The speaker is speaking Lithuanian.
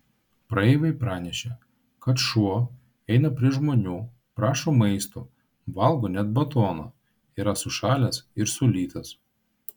praeiviai pranešė kad šuo eina prie žmonių prašo maisto valgo net batoną yra sušalęs ir sulytas